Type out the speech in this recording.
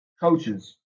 coaches